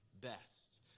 best